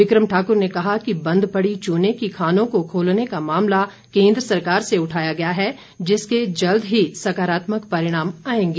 विक्रम ठाकर ने कहा कि बंद पड़ी चूने की खानों को खोलने का मामला केन्द्र सरकार से उठाया गया है जिसके जल्द ही सकारात्मक परिणाम आएंगे